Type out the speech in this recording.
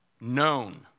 known